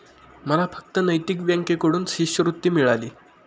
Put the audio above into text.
मला फक्त नैतिक बँकेकडून शिष्यवृत्ती मिळाली